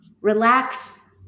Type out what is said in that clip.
relax